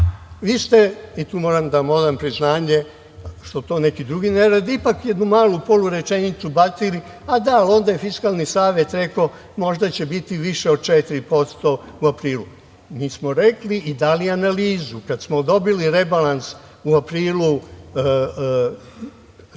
4%.Vi ste, i tu moram da vam odam priznanje što to neki drugi ne rade, ipak jednu malu polurečenicu ubacili - a da, onda je Fiskalni savet rekao možda će biti više od 4% u aprilu. Mi smo rekli i dali analizu. Kada smo dobili rebalans u aprilu ove